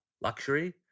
luxury